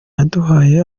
yaduhaye